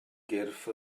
gyrff